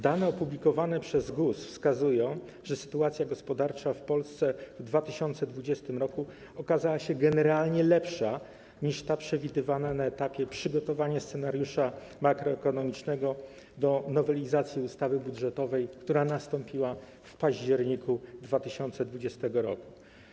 Dane opublikowane przez GUS wskazują, że sytuacja gospodarcza w Polsce w 2020 r. okazała się generalnie lepsza niż ta przewidywana na etapie przygotowywania scenariusza makroekonomicznego do nowelizacji ustawy budżetowej, która nastąpiła w październiku 2020 r.